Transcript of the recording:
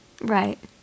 Right